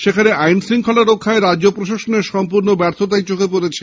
সেখানে আইন শ্খলা রক্ষায় রাজ্যপ্রশাসনের সম্পূর্ণ ব্যর্থতাই চোখে পড়েছে